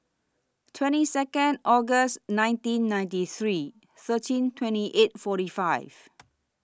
twenty Second August nineteen ninety three thirteen twenty eight forty five